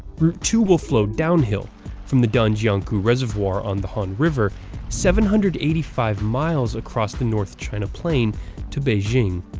route two will flow downhill from the danjiangkou reservoir on the han river seven hundred and eighty five miles across the north china plain to beijing.